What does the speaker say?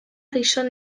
gizon